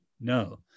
No